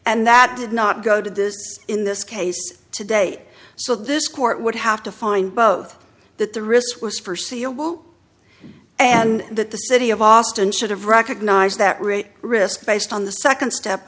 and that did not go to this in this case today so this court would have to find both that the risk was forseeable and that the city of austin should have recognized that rate risk based on the second step